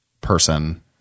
person